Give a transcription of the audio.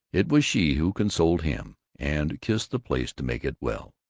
it was she who consoled him and kissed the place to make it well,